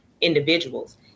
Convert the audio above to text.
individuals